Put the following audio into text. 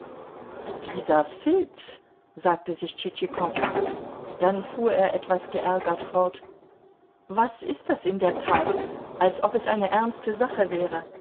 dieser filz sagte sich tschitschikow dann fuhr er etwas geärgert fort was ist das in der tat als ob es eine ernste sache wäre